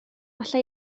alla